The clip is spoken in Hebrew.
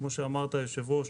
כמו שאמרת, היושב ראש,